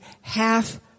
half